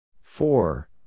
Four